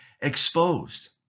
exposed